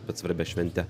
bet svarbia švente